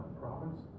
province